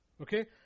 Okay